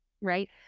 right